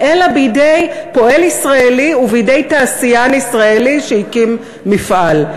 אלא בידי פועל ישראלי ובידי תעשיין ישראלי שהקים מפעל.